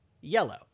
Yellow